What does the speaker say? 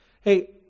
Hey